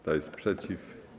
Kto jest przeciw?